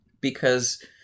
Because-